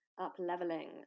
up-leveling